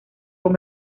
con